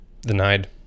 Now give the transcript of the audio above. Denied